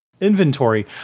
inventory